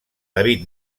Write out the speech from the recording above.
david